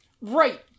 right